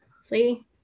See